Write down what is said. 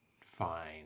fine